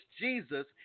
Jesus